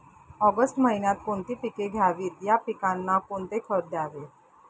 August महिन्यात कोणती पिके घ्यावीत? या पिकांना कोणते खत द्यावे?